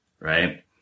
right